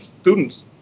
students